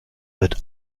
wird